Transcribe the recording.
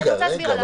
אני רוצה להסביר.